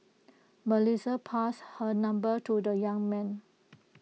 Melissa passed her number to the young man